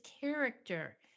character